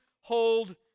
hold